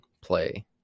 play